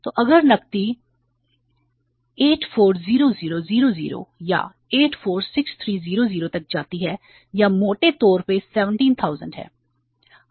तो अगर नकदी 840000 या 846300 तक जाती है या मोटे तौर पर 17000 है